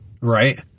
right